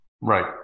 Right